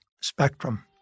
spectrum